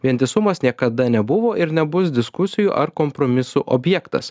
vientisumas niekada nebuvo ir nebus diskusijų ar kompromisų objektas